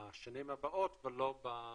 אני מקווה שנתעסק איתם בשנים הבאות ולא בוועדת